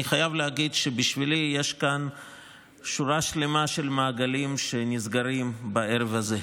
אני חייב להגיד שבשבילי יש כאן שורה שלמה של מעגלים שנסגרים בערב הזה.